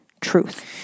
truth